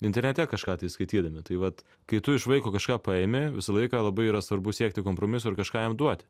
internete kažką tai skaitydami tai vat kai tu iš vaiko kažką paimi visą laiką labai yra svarbu siekti kompromiso ir kažką jam duoti